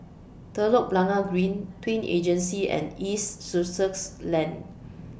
Telok Blangah Green Twin Regency and East Sussex Lane